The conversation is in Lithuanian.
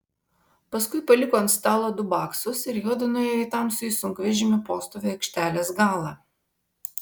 paskui paliko ant stalo du baksus ir juodu nuėjo į tamsųjį sunkvežimių postovio aikštelės galą